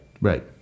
Right